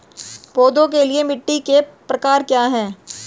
पौधों के लिए मिट्टी के प्रकार क्या हैं?